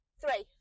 three